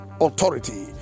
authority